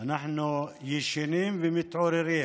אנחנו ישנים ומתעוררים